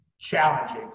challenging